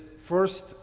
first